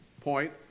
point